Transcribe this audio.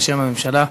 בשם הממשלה,